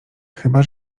chyba